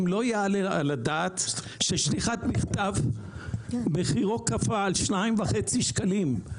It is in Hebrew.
כי לא יעלה על הדעת שמחיר שליחת מכתב קפא על 2.5 שקלים.